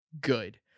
good